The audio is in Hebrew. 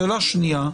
שאלה שנייה.